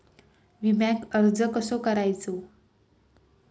विम्याक अर्ज कसो करायचो?